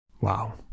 Wow